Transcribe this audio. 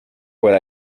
what